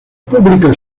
pública